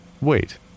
Wait